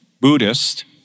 Buddhist